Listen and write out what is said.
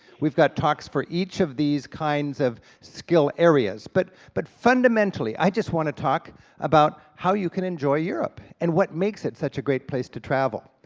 we've got talks for each of these kinds of skill areas, but, but fundamentally, i just want to talk about how you can enjoy europe and what makes it such a great place to travel.